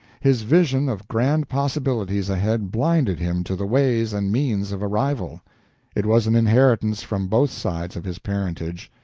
his vision of grand possibilities ahead blinded him to the ways and means of arrival. it was an inheritance from both sides of his parentage.